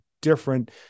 different